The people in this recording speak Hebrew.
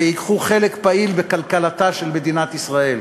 וייקחו חלק פעיל בכלכלתה של מדינת ישראל,